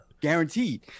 Guaranteed